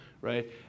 right